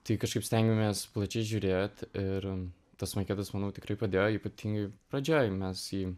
tai kažkaip stengiamės plačiai žiūrėt ir tas maketas manau tikrai padėjo ypatingai pradžioj mes jį